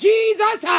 Jesus